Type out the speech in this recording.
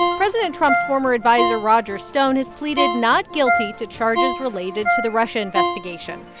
president trump's former adviser roger stone has pleaded not guilty to charges related to the russia investigation.